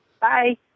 bye